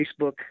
Facebook